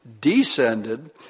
descended